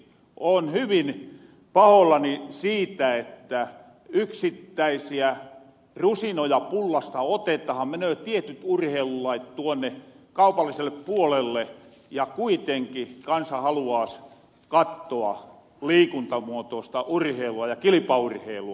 oon hyvin pahoollani siitä että yksittäisiä rusinoja pullasta otetahan kun menöö tietyt urheilulajit tuonne kaupalliselle puolelle ja kuitenki kansa haluaas kattoa liikuntamuotoosta urheilua ja kilipaurheilua